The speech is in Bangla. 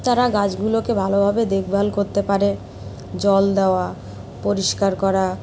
তারা গাছগুলোকে ভালোভাবে দেখভাল করতে পারে জল দেওয়া পরিষ্কার করা